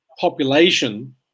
population